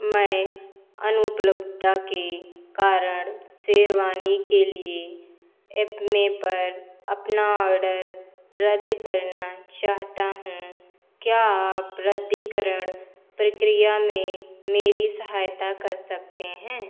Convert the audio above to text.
मैं अनुपलब्धता के कारण शेरवानी के लिए एपमे पर अपना ऑर्डर रद्द करना चाहता हूँ क्या आप रद्दीकरण प्रक्रिया में मेरी सहायता कर सकते हैं